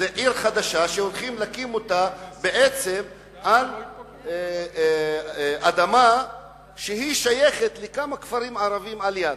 זאת עיר חדשה שהולכים להקים על אדמה ששייכת לכמה כפרים ערביים לידה.